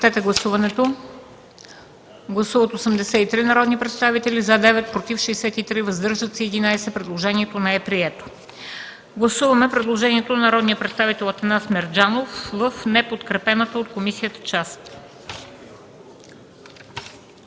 комисията част. Гласували 83 народни представители: за 9, против 63, въздържали се 11. Предложението не е прието. Гласуваме предложението на народния представител Атанас Мерджанов в неподкрепената от комисията част.